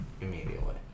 Immediately